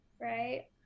Right